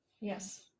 Yes